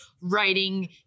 writing